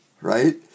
right